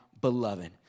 beloved